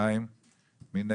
2. מי נגד?